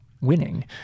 winning